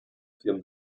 firmen